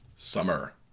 Summer